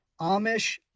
Amish